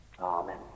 Amen